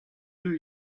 deux